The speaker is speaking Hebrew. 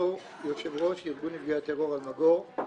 אני